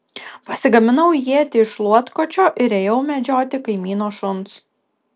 pasigaminau ietį iš šluotkočio ir ėjau medžioti kaimyno šuns